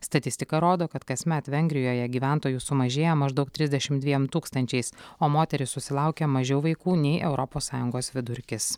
statistika rodo kad kasmet vengrijoje gyventojų sumažėja maždaug trisdešimt dviem tūkstančiais o moterys susilaukia mažiau vaikų nei europos sąjungos vidurkis